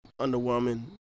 underwhelming